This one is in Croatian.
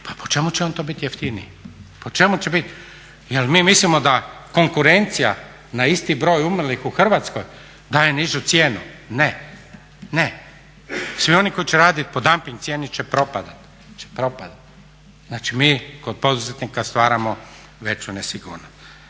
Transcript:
pa po čemu će on to biti jeftiniji? Jel' mi mislimo da konkurencija na isti broj umrlih u Hrvatskoj daje nižu cijenu? Ne, ne. Svi oni koji će raditi po dumping cijeni će propadati. Znači, mi kod poduzetnika stvaramo veću nesigurnost.